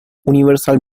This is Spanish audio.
universal